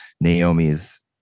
Naomi's